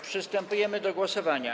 Przystępujemy do głosowania.